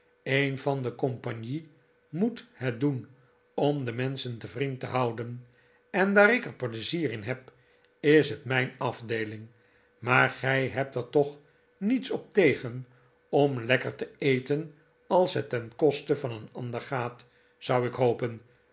een van de compagnie moet het doen om de menschen te vriend te houden en daar ik er pleizier in heb is het mijn afdeeling maar gij hebt er toch niets op tegen om lekker te eten als het ten koste van een ander gaat zou ik hopen